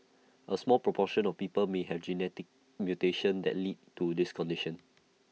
A small proportion of people may have genetic mutations that lead to this condition